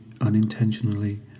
unintentionally